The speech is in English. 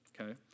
Okay